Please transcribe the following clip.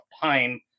time